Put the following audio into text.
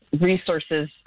resources